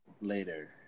later